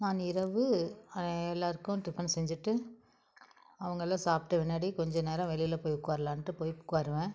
நான் இரவு எல்லாருக்கும் டிஃபன் செஞ்சிட்டு அவங்கள்லாம் சாப்பிட்ட பின்னாடி கொஞ்சம் நேரம் வெளியில போய் உட்கார்லான்ட்டு போய் உட்காருவேன்